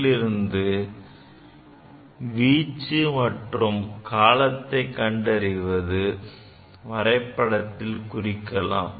இதிலிருந்து வீச்சு மற்றும் காலத்தை கண்டறிந்து வரைபடத்தில் குறிக்கலாம்